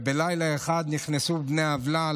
ובלילה אחד נכנסו בני עוולה,